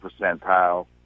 percentile